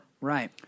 Right